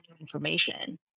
information